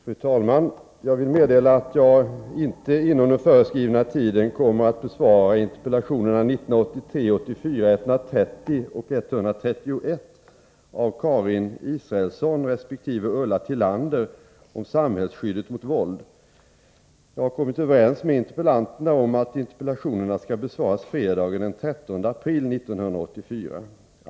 Fru talman! Jag vill meddela att jag inte inom den föreskrivna tiden kommer att besvara interpellationerna 1983/84:130 och 131 av Karin Israelsson resp. Ulla Tillander om samhällsskyddet mot våld. Jag har kommit överens med interpellanterna om att interpellationerna skall besvaras fredagen den 13 april 1984.